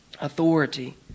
Authority